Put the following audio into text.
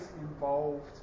involved